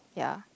ya